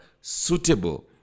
suitable